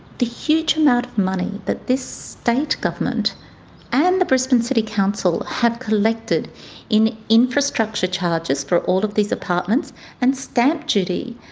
the huge amount of money that this state government and the brisbane city council have collected in infrastructure charges for all of these apartments and stamp duty,